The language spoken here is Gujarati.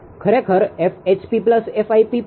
ખરેખર 1